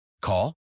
Call